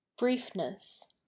Briefness